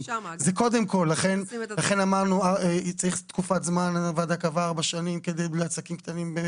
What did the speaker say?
לכן אמרנו שצריך תקופת זמן והוועדה קבעה 4 שנים לעסקים קטנים.